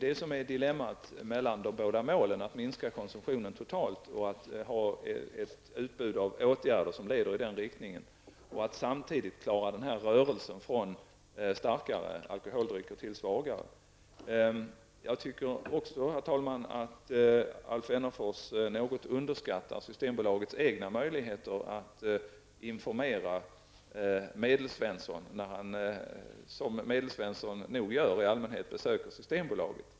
Det finns ett dilemma mellan de båda målen att minska konsumtionen totalt och tillämpa ett utbud av åtgärder som leder i den riktningen samtidigt som man skall klara rörelsen från starkare alkoholdrycker till svagare. Jag tycker också, herr talman, att Alf Wennerfors något underskattar Systembolagets egna möjligheter att informera Medelsvensson när han, som Medelsvensson nog i allmänhet gör, besöker Systembolaget.